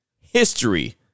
history